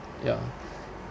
ya